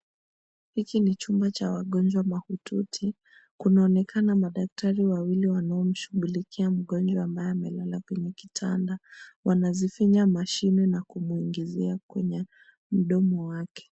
Hiki ni chumba cha wagonjwa mahututi. Kunaonekana madaktari wawili wanaomshughulikia mgonjwa ambaye amelala kwenye kitanda. Wanazifinya mashine na kumwingizia kwenye mdomo wake.